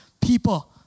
people